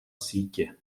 sítě